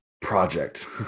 project